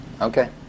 Okay